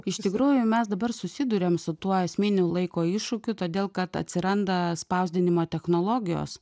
iš tikrųjų mes dabar susiduriam su tuo esminiu laiko iššūkiu todėl kad atsiranda spausdinimo technologijos